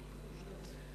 חברי הכנסת של קדימה,